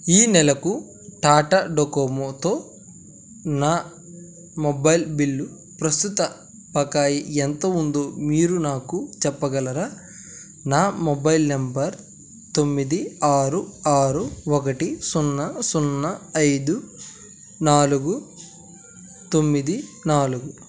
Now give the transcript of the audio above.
ఈ నెలకు టాటా డొకోమోతో నా మొబైల్ బిల్లు ప్రస్తుత బకాయి ఎంత ఉందో మీరు నాకు చెప్పగలరా నా మొబైల్ నెంబర్ తొమ్మిది ఆరు ఆరు ఒకటి సున్నా సున్నా ఐదు నాలుగు తొమ్మిది నాలుగు